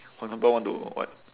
for example want to what